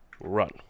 Run